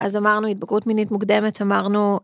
אז אמרנו התבגרות מינית מוקדמת, אמרנו...